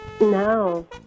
No